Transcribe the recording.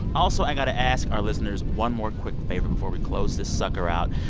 also, i've got to ask our listeners one more quick favor before we close this sucker out.